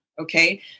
Okay